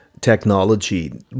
technology